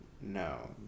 No